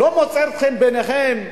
לא מוצא חן בעיניכם,